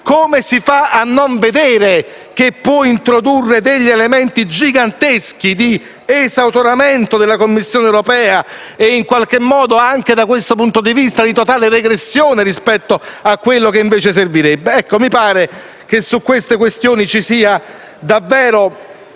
Sottosegretario, che essa può introdurre degli elementi giganteschi di esautoramento della Commissione europea e, anche da questo punto di vista, di totale regressione rispetto a ciò che invece servirebbe? Mi pare che su queste questioni ci sia davvero